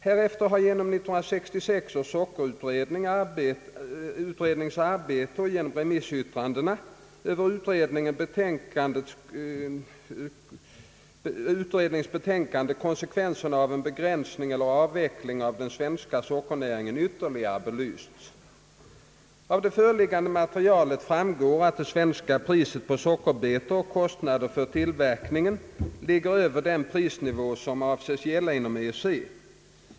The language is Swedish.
Härefter har genom 1966 års sockerutrednings arbete och genom remissyttrandena över utredningens betänkande konsekvenserna av en begränsning eller avveckling av den svenska sockernäringen ytterligare belysts. Av det föreliggande materialet framgår att det svenska priset på sockerbetor och kostnaderna för sockertillverkningen ligger över den prisnivå som avses gälla inom EEC.